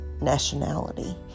nationality